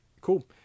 cool